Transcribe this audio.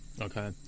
Okay